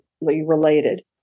related